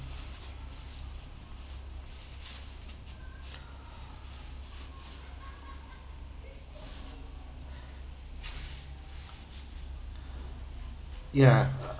ya